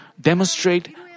demonstrate